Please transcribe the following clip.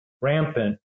rampant